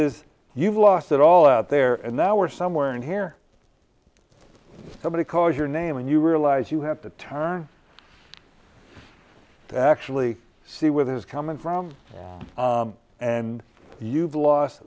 is you've lost it all out there and now we're somewhere in here somebody calls your name and you realize you have to turn to actually see with it is coming from and you've lost